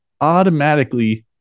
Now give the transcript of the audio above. automatically